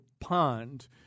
pond –